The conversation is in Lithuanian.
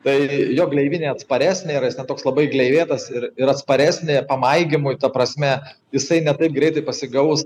tai jo gleivinė atsparesnė yra jis ten toks labai gleivėtas ir ir atsparesnė pamaigymui ta prasme jisai ne taip greitai pasigaus